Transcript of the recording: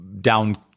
down